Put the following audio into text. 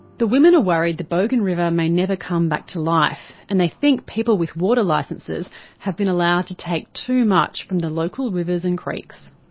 women are worried the bogan river may never come back to life, and they think people with water licences have been allowed to take too much from the local rivers and creeks.